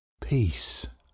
Peace